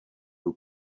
who